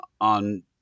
on